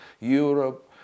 Europe